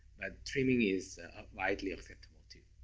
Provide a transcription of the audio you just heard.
but trimming is widely acceptable too.